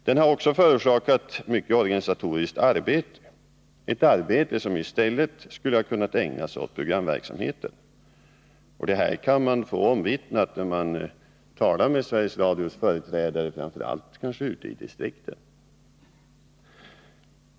Denna har också förorsakat mycket organisatoriskt arbete — ett arbete som i stället skulle ha kunnat ägnas åt programverksamheten. Detta är omvittnat både här i kammaren och när man talar med Sveriges Radios företrädare, framför allt kanske ute i distrikten.